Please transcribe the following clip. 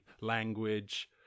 language